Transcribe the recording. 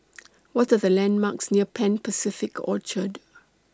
What Are The landmarks near Pan Pacific Orchard